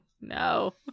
no